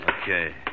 Okay